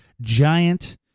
giant